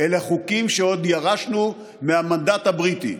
אלה חוקים שירשנו עוד מהמנדט הבריטי.